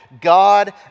god